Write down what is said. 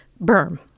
berm